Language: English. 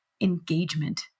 engagement